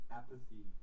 apathy